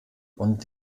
und